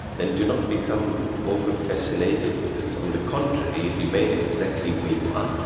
then do not become over-fascinated with this. on the contrary, remain exactly where you are.